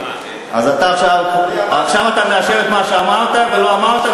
אז עכשיו אתה מאשר את מה שאמרת ולא אמרת,